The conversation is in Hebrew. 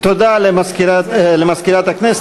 תודה למזכירת הכנסת.